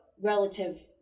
relative